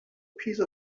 piece